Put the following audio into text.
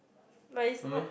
but it's not